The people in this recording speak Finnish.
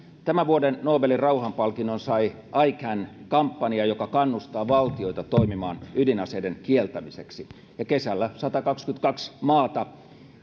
tämän vuoden nobelin rauhanpalkinnon sai ican kampanja joka kannustaa valtioita toimimaan ydinaseiden kieltämiseksi kesällä satakaksikymmentäkaksi maata